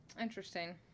interesting